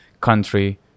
country